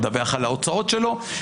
לדווח על ההוצאות שלו.